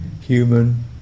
human